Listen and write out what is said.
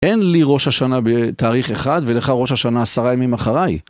אין לי ראש השנה בתאריך אחד, ולך ראש השנה עשרה ימים אחריי.